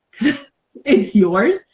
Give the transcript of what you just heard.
it's yours,